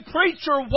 Preacher